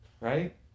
Right